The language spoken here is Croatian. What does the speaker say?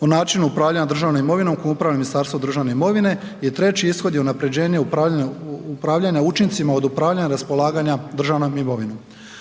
u načinu upravljanja državnom imovinom kojom upravlja Ministarstvo državne imovine i treći ishod je unapređenje upravljanja učincima od upravljanja i raspolaganja državnom imovinom.